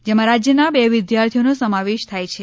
જેમાં રાજ્યના બે વિદ્યાર્થીઓનો સમાવેશ થાય છે